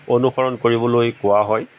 অনুসৰণ কৰিবলৈ কোৱা হয়